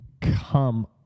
come